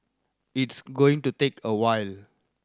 it's going to take a while